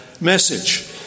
message